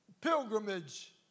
pilgrimage